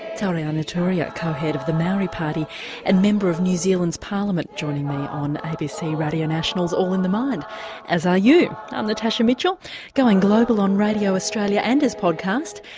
tariana turia, co-head of the maori party and a member of new zealand's parliament joining me on abc radio national's all in the mind as are you. i'm natasha mitchell going global on radio australia and as podcast,